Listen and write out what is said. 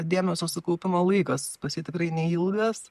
dėmesio sukaupimo laikas pas jį tikrai neilgas